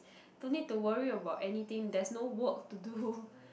no need to worry about anything there's no work to do